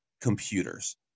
computers